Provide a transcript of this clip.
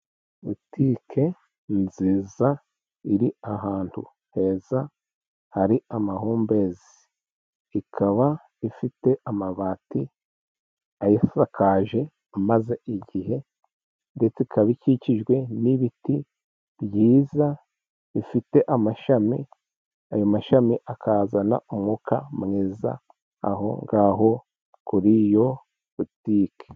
Butike nziza iri ahantu heza hari amahumbezi, ikaba ifite amabati ayisakaje amaze igihe ndetse ikaba ikikijwe n'ibiti byiza bifite amashami, ayo mashami akazana umwuka mwiza aho ngaho kuri iyo butike.